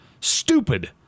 Stupid